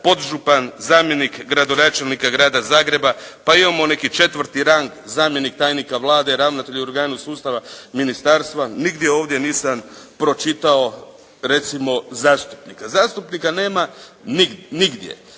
podžupan, zamjenik gradonačelnika Grada Zagreba. Pa imamo neki četvrti rang, zamjenik tajnika vlade, ravnatelj u organu sustava, ministarstva. Nigdje ovdje nisam pročitao recimo zastupnika. Zastupnika nema nigdje.